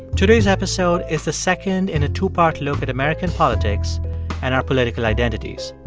today's episode is the second in a two-part look at american politics and our political identities.